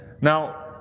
Now